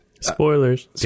Spoilers